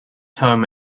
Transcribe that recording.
home